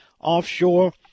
offshore